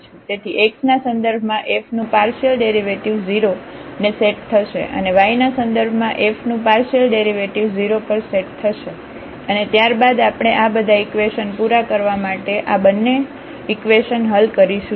તેથી x ના સંદર્ભમાં f નું પાર્શિયલડેરિવેટિવ્ઝ 0 ને સેટ થશે અને y ના સંદર્ભમાં f નું પાર્શિયલડેરિવેટિવ્ઝ 0 પર સેટ થશે અને ત્યારબાદ આપણે આ બધા ઇકવેશન પૂરા કરવા માટે આ બંને ઇકવેશન હલ કરીશું